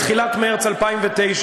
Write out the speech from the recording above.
בתחילת מרס 2009,